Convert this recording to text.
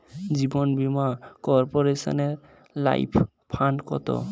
জীবন বীমা কর্পোরেশনের life fund কত?